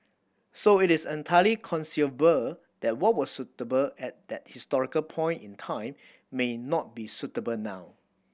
so it is entirely conceivable that what was suitable at that historical point in time may not be suitable now